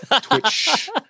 Twitch